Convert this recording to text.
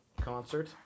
Concert